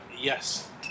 Yes